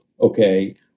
okay